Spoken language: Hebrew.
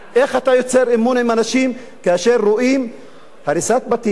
איך אתה יוצר אמון עם אנשים כאשר רואים הריסת בתים?